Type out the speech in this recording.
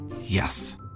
Yes